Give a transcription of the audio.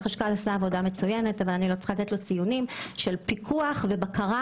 החשכ"ל עושה עבודה מצוינת של פיקוח ובקרה